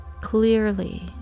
clearly